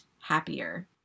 happier